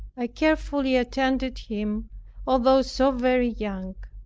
i carefully attended him although so very young.